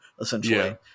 essentially